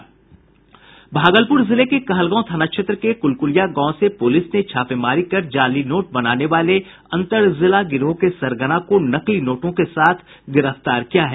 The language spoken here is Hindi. भागलपुर जिले के कहलगांव थाना क्षेत्र के कुलकुलिया गांव से पुलिस ने छापेमारी कर जाली नोट बनाने वाले अंतरजिला गिरोह के सरगना को नकली नोटों के साथ गिरफ्तार किया है